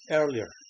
earlier